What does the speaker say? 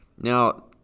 Now